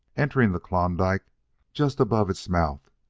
entering the klondike just above its mouth,